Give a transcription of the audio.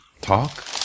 Talk